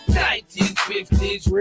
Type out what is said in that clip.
1950s